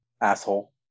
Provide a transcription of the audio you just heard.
asshole